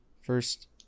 first